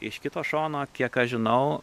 iš kito šono kiek aš žinau